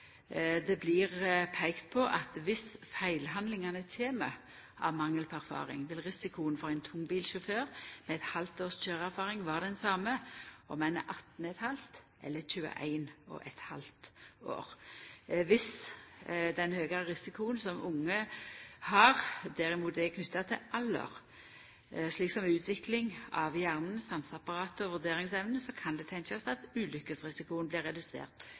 Det blir peikt på at dersom feilhandlingane kjem av mangel på erfaring, vil risikoen for ein tungbilsjåfør med eit halvt års køyreerfaring vera den same om ein er 18½, eller om ein er 21½ år. Dersom den høgare risikoen som unge har, derimot er knytt til alder – til utvikling av hjernen, sanseapparatet og vurderingsevna – kan det tenkjast at ulykkesrisikoen blir redusert